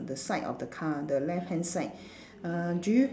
the side of the car the left hand side uh do you